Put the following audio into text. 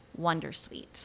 wondersuite